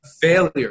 failure